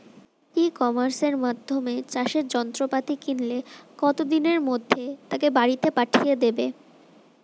ই কমার্সের মাধ্যমে চাষের যন্ত্রপাতি কিনলে কত দিনের মধ্যে তাকে বাড়ীতে পাঠিয়ে দেবে?